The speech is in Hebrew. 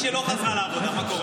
מי שלא חזרה לעבודה, מה קורה?